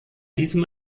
diesem